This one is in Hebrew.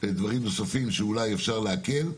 דברים נוספים שאולי אפשר להקל.